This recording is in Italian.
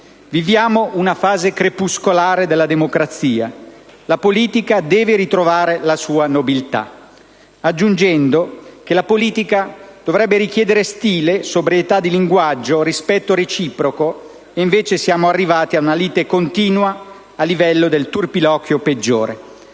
«viviamo una fase crepuscolare della democrazia; la politica deve ritrovare la sua nobiltà», aggiungendo che «la politica dovrebbe richiedere stile, sobrietà di linguaggio, rispetto reciproco ed invece siamo arrivati ad una lite continua a livello del turpiloquio peggiore».